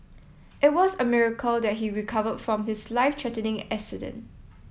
it was a miracle that he recovered from his life threatening accident